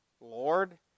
Lord